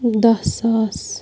دہ ساس